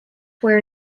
where